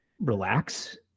relax